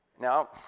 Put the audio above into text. Now